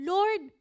Lord